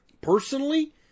personally